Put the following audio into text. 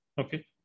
Okay